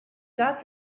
got